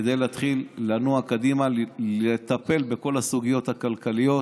כדי להתחיל לנוע קדימה, לטפל בכל הסוגיות הכלכליות